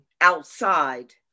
outside